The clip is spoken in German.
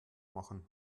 machen